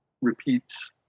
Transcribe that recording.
repeats